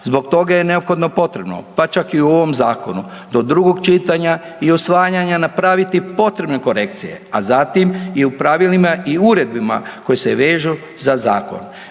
Zbog toga je neophodno potrebno pa čak i u ovom zakonu do drugog čitanja i usvajanja napraviti potrebne korekcije, a zatim i u pravilima i uredbama koje se vežu za zakon.